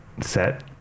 set